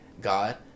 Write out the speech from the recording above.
God